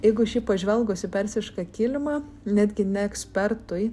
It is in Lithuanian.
jeigu šiaip pažvelgus į persišką kilimą netgi ne ekspertui